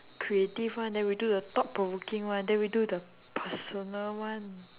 creative one then we do the thought provoking one then we do the personal one